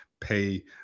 pay